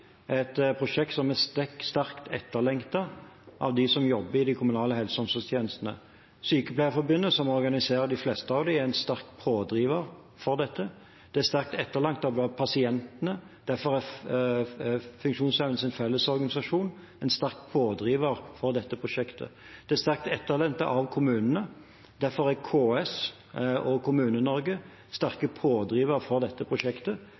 omsorgstjenestene. Sykepleierforbundet, som organiserer de fleste av dem, er en sterk pådriver for dette. Det er sterkt etterlengtet blant pasientene. Derfor er Funksjonshemmedes Fellesorganisasjon en sterk pådriver for dette prosjektet. Det er sterkt etterlengtet av kommunene. Derfor er KS og Kommune-Norge sterke pådrivere for dette prosjektet.